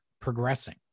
progressing